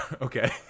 Okay